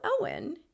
Owen